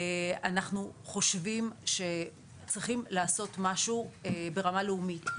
אנחנו חושבים שצריכים לעשות משהו ברמה לאומית.